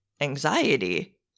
anxiety